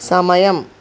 సమయం